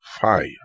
fire